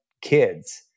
kids